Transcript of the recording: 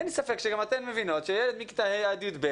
אין לי ספק שגם אתן מבינות שילד מכיתה ה' עד י"ב